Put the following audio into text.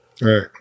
Right